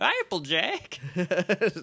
Applejack